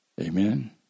Amen